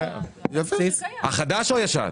הנוסח החדש או הישן?